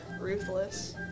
Ruthless